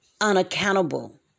unaccountable